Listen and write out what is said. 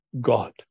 God